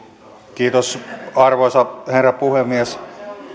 kiitos arvoisa puhemies